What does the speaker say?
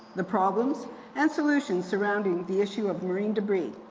the problems and solutions surrounding the issue of marine debris.